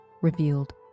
revealed